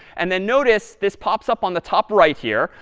and then notice this pops up on the top right here.